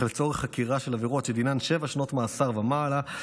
אך לצורך חקירה של עבירות שדינן שבע שנות מאסר ומעלה,